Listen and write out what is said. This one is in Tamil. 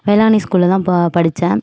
வேளாங்கண்ணி ஸ்கூல்ல தான் ப படிச்சேன்